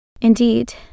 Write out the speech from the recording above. Indeed